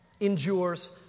endures